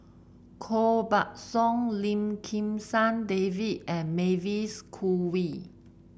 Koh Buck Song Lim Kim San David and Mavis Khoo Oei